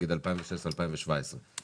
נגיד 2016 ו-2017,